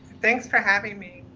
thanks for having me.